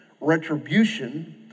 retribution